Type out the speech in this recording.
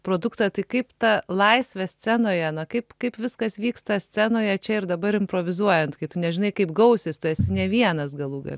produktą tai kaip ta laisvė scenoje na kaip kaip viskas vyksta scenoje čia ir dabar improvizuojant kai tu nežinai kaip gausis tu esi ne vienas galų gale